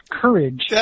courage